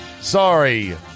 Sorry